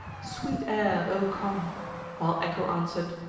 sweet air, o come while echo answered,